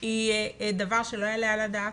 היא דבר שלא יעלה על הדעת.